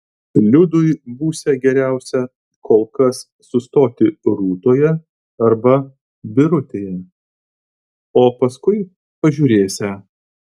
liudui būsią geriausia kol kas sustoti rūtoje arba birutėje o paskui pažiūrėsią